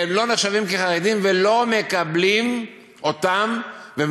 הן לא נחשבות חרדיות ולא מקבלים אותן והן